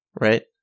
right